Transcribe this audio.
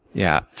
yeah.